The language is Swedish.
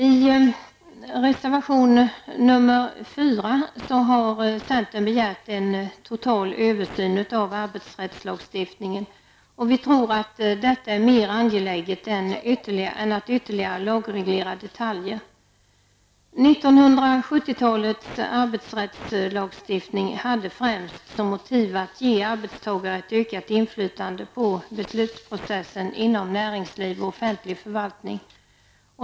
I reservation nr 4 har centern begärt en total översyn av arbetsrättslagstiftningen. Vi tror att detta är mer angeläget än att ytterligare lagreglera detaljer. 1970-talets arbetsrättslagstiftning hade främst som syfte att ge arbetstagarna ett ökat inflytande över beslutsprocessen inom näringsliv och offentlig förvaltning.